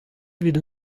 evit